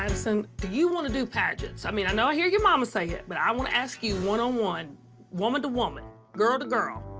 um so do you want to do pageants? i mean, i know i hear your mama say it, but i want to ask you, one-on-one, woman-to-woman, girl-to-girl,